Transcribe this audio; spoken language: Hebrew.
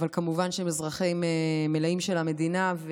אבל כמובן שהם אזרחים מלאים של המדינה.